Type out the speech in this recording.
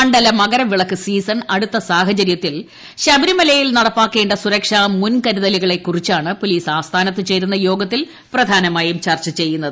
Mandala Makaravilakku season അടുത്ത സാഹചര്യത്തിൽ ശബരിമലയിൽ നടപ്പാക്കേണ്ട സുരക്ഷാമുൻ കരുതലുകളെക്കുറിച്ചാണ് പോലീസ് ആസ്ഥാനത്ത് ചേരുന്ന യോഗത്തിൽ പ്രധാനമായും ചർച്ച ചെയ്യുന്നത്